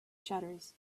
shutters